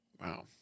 Wow